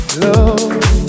love